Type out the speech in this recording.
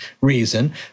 reason